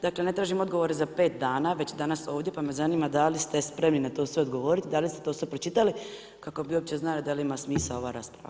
Dakle ne tražim odgovor za pet dana već danas ovdje, pa me zanima da li ste spremni na to sve odgovoriti, da li ste sve ovo pročitali kako bi uopće znali da li ima smisla ova rasprava?